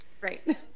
Right